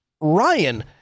Ryan